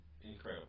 incredible